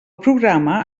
programa